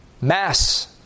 mass